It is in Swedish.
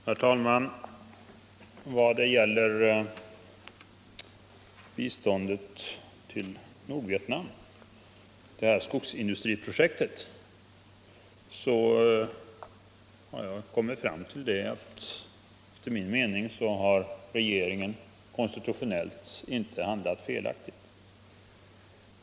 Herr talman! I vad gäller skogindustriprojektet i Nordvietnam har jag kommit fram till den meningen att regeringen konstitutionellt inte handlat felaktigt.